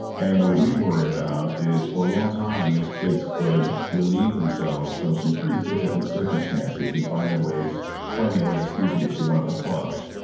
and we worry about is for a long time those kids could relieve themselves from some pretty difficult circumstances and find their ways or anywhere skews me to one of our clubs.